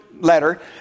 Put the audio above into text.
letter